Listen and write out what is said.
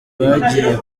bagiye